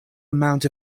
amount